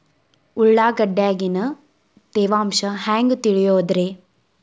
ಉಳ್ಳಾಗಡ್ಯಾಗಿನ ತೇವಾಂಶ ಹ್ಯಾಂಗ್ ತಿಳಿಯೋದ್ರೇ?